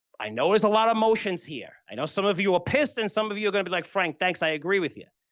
i know there's a lot of emotions here. i know some of you are pissed, and some of you are going to be like, frank, thanks. i agree with you.